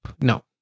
No